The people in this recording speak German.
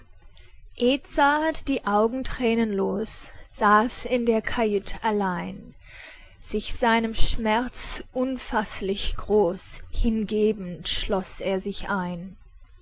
edzard die augen thränenlos saß in der kajüt allein sich seinem schmerz unfaßlich groß hingebend schloß er sich ein